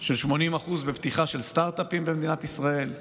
של 80% בפתיחה של סטרטאפים במדינת ישראל,